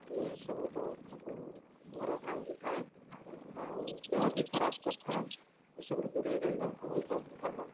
ଇଏ ସବୁ ବହୁତ ଉଁ ଘର ଭାଙ୍ଗି ଥାଏ ଆଉ ଦେହ ବି ଖରାପ କରିଥାଏ ଏସବୁରୁ ଦୂରେଇ ରହିବା ବହୁତ ଭଲ